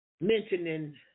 mentioning